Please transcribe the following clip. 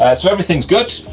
ah so everything's good,